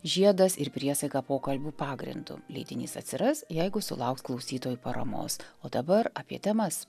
žiedas ir priesaika pokalbių pagrindu leidinys atsiras jeigu sulauks klausytojų paramos o dabar apie temas